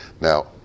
Now